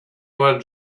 our